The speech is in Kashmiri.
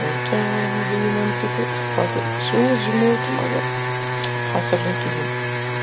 وۄنۍ کیٛاہ وَنہو بہٕ یِمَن تہِ تہٕ پَتہٕ سوٗز یِمو تہٕ مگر ہَسر نہٕ کِہیٖنۍ